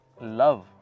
love